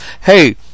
hey